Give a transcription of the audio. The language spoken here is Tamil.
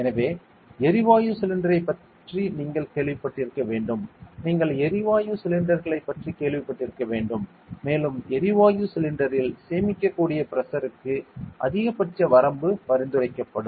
எனவே எரிவாயு சிலிண்டரைப் பற்றி நீங்கள் கேள்விப்பட்டிருக்க வேண்டும் நீங்கள் எரிவாயு சிலிண்டர்களைப் பற்றி கேள்விப்பட்டிருக்க வேண்டும் மேலும் எரிவாயு சிலிண்டரில் சேமிக்கக்கூடிய பிரஷருக்கு அதிகபட்ச வரம்பு பரிந்துரைக்கப்படும்